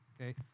okay